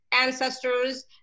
ancestors